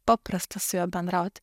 paprasta su juo bendrauti